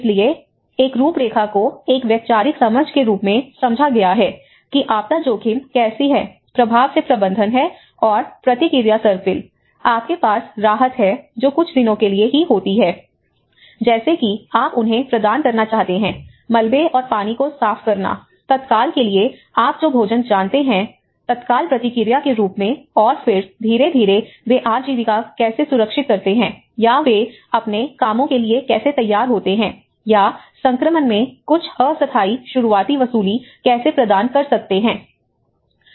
इसलिए एक रूपरेखा को एक वैचारिक समझ के रूप में समझा गया है कि आपदा जोखिम कैसे है प्रभाव से प्रबंधन और प्रतिक्रिया सर्पिल आपके पास राहत है जो कुछ दिनों के लिए ही होती है जैसे कि आप उन्हें प्रदान करना जानते हैं मलबे और पानी को साफ करना तत्काल के लिए आप जो भोजन जानते हैं तत्काल प्रतिक्रिया के रूप में और फिर धीरे धीरे वे आजीविका कैसे सुरक्षित करते हैं या वे अपने कामों के लिए कैसे तैयार होते हैं या संक्रमण में कुछ अस्थायी शुरुआती वसूली कैसे प्रदान कर सकते हैं